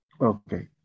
Okay